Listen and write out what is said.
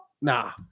nah